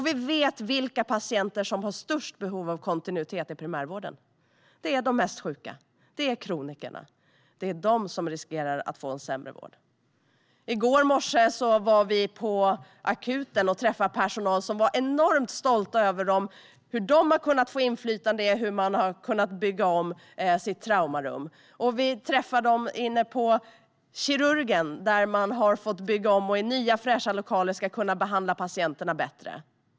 Vi vet vilka patienter som har störst behov av kontinuitet i primärvården. Det är de mest sjuka och kronikerna. Det är de som riskerar att få en sämre vård. I går morse var vi på akuten och träffade personal som var enormt stolt över hur de har fått inflytande över hur deras traumarum har byggts om. Vi träffade också personal inne på kirurgen, där man har fått bygga om för att i nya fräscha lokaler kunna behandla patienterna bättre.